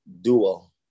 duo